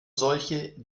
solche